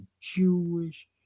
Jewish